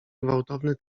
gwałtowny